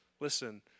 listen